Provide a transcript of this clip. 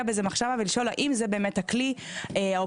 בזה מחשבה ולשאול הם זה באמת הכלי האופטימלי